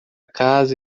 casa